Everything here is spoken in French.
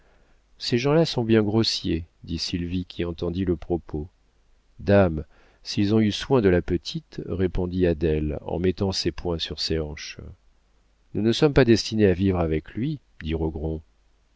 ces gens-là sont bien grossiers dit sylvie qui entendit le propos dame s'ils ont eu soin de la petite répondit adèle en mettant ses poings sur ses hanches nous ne sommes pas destinés à vivre avec lui